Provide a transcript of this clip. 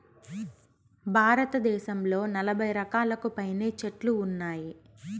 భారతదేశంలో నలబై రకాలకు పైనే చెట్లు ఉన్నాయి